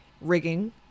rigging